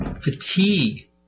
fatigue